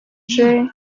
jay